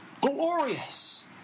glorious